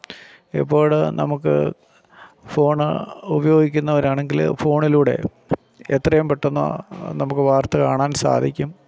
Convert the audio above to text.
ഇപ്പോഴ് നമുക്ക് ഫോണ് ഉപയോഗിക്കുന്നവരാണെങ്കില് ഫോണിലൂടെ എത്രയും പെട്ടെന്ന് നമുക്ക് വാര്ത്ത കാണാന് സാധിക്കും